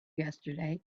yesterday